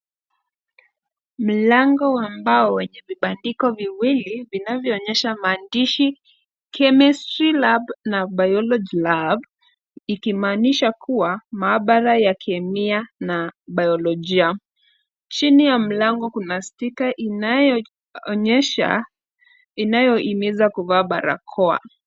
Mlango wa mbao wenye vibandiko viwili vinavyoonyesha maandishi Chemistry Lab na Biology Lab ikimaanisha kuwa maabara ya Kemia na Biolojia. Chini ya mlango kuna stika inayoonyesha inayohimiza kuvaa barakoa.